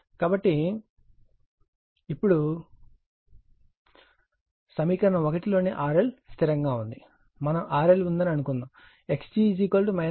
కాబట్టి ఇప్పుడు సమీకరణం 1 లోని RL స్థిరంగా ఉంది మనం RL ఉందని అనుకుందాం